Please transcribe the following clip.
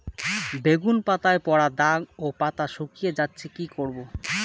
বেগুন পাতায় পড়া দাগ ও পাতা শুকিয়ে যাচ্ছে কি করব?